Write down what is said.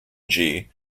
gee